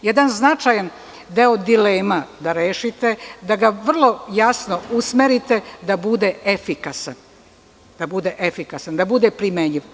Jedan značajan deo dilema da rešite, da ga vrlo jasno usmerite da bude efikasan, da bude primenjiv.